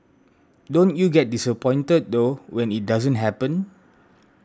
don't you get disappointed though when it doesn't happen